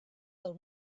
del